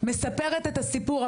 מספרת את הסיפור,